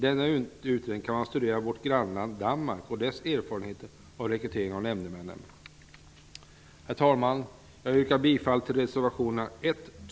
Denna utredning bör studera förhållandena i grannlandet Danmark och rekryteringen av nämndemän där. Herr talman! Jag yrkar bifall till reservationerna 1,